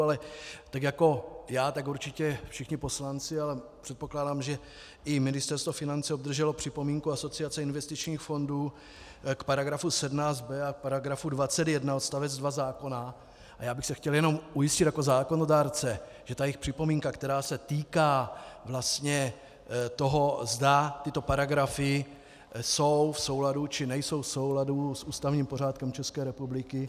Ale tak jako já, tak určitě všichni poslanci, ale předpokládám, že i Ministerstvo financí obdrželo připomínku Asociace investičních fondů k § 17b a k § 21 odst. 2 zákona, a chtěl bych se jenom ujistit jako zákonodárce, že jejich připomínka, která se týká vlastně toho, zda tyto paragrafy jsou v souladu, či nejsou v souladu s ústavním pořádkem České republiky.